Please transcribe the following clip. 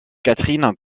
catherine